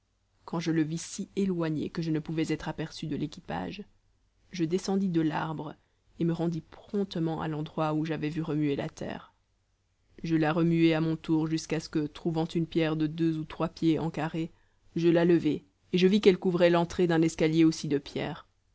quand je le vis si éloigné que je ne pouvais être aperçu de l'équipage je descendis de l'arbre et me rendis promptement à l'endroit où j'avais vu remuer la terre je la remuai à mon tour jusqu'à ce que trouvant une pierre de deux ou trois pieds en carré je la levai et je vis qu'elle couvrait l'entrée d'un escalier aussi de pierre